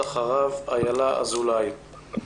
אחריו אילה אזולאי.